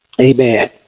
amen